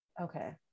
Okay